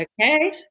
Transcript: Okay